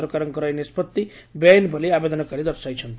ସରକାରଙ୍କ ଏହି ନିଷ୍ବଭି ବେଆଇନ ବୋଲି ଆବେଦନକାରୀ ଦର୍ଶାଇଛନ୍ତି